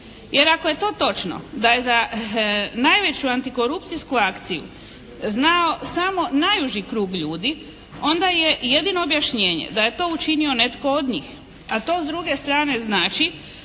Jer ako je to točno da je za najveću antikorupcijsku akciju znao samo najuži krug ljudi onda je jedino objašnjenje da je to učinio netko od njih. A to s druge strane znači